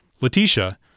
Letitia